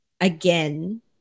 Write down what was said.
again